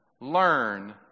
learn